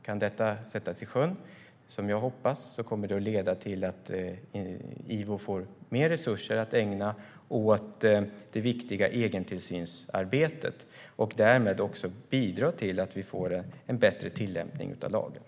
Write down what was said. Kan det sättas i sjön, vilket jag hoppas, kommer det att leda till att Ivo får mer resurser att ägna åt det viktiga egentillsynsarbetet och därmed också bidra till att vi får en bättre tillämpning av lagen.